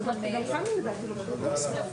אחרון הדוברים הוא אבי קמינסקי,